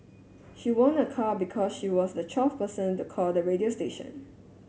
she won a car because she was the twelfth person to call the radio station